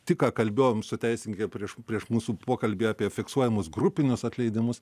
tik ką kalbėjome su teisininkais prieš tai prieš mūsų pokalbį apie fiksuojamus grupinius atleidimus